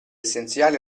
essenziali